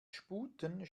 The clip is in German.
sputen